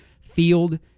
field